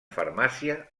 farmàcia